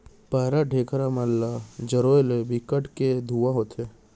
पैरा, ढेखरा मन ल जरोए ले बिकट के धुंआ होथे